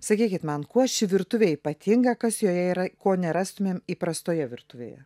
sakykit man kuo ši virtuvė ypatinga kas joje yra ko nerastumėm įprastoje virtuvėje